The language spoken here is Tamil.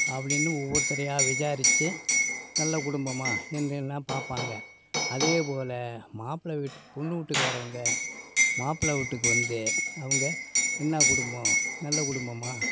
அப்படினு ஒவ்வொருத்தரையாக விசாரிச்சு நல்ல குடும்பமா என்றெல்லாம் பார்ப்பாங்க அதே போல் மாப்பிள்ளை வீட்டு பொண்ணு வீட்டுக்காரங்க மாப்பிள்ளை வீட்டுக்கு வந்து அவங்க என்ன குடும்பம் நல்ல குடும்பமா